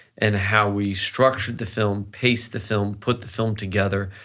and how we structured the film, paste the film, put the film together,